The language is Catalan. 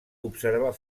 observar